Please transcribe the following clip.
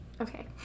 okay